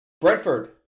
Brentford